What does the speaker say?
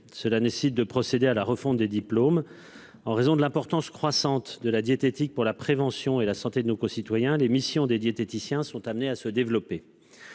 qui nécessite de procéder à la refonte des diplômes. En raison de l'importance croissante de la diététique pour la prévention et la santé de nos concitoyens, les missions des diététiciens sont amenées à se développer.